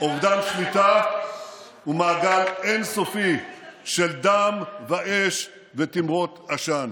אובדן שליטה ומעגל אין-סופי של דם ואש ותימרות עשן.